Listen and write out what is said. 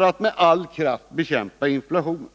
att med all kraft bekämpa inflationen.